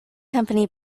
company